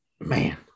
man